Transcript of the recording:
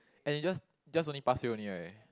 and it just just only past year only right